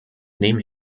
nehme